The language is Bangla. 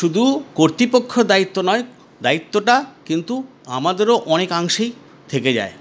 শুধু কর্তৃপক্ষর দ্বায়িত্ব নয় দ্বায়িত্বটা কিন্তু আমাদেরও অনেকাংশেই থেকে যায়